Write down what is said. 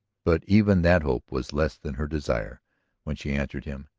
but even that hope was less than her desire when she answered him.